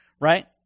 right